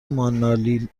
مانیلا